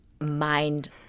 mind